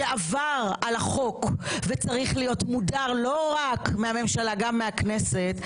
שעבר על החוק וצריך להיות מודר לא רק מהממשלה אלא גם מהכנסת,